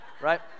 Right